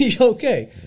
Okay